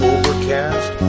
Overcast